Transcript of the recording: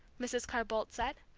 mrs. carr-boldt said.